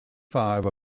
five